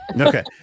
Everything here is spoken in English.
okay